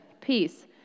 Peace